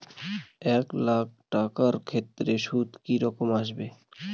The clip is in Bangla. এক লাখ টাকার ক্ষেত্রে সুদ কি রকম আসবে?